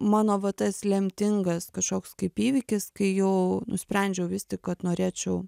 mano va tas lemtingas kašoks kaip įvykis kai jau nusprendžiau vis tik kad norėčiau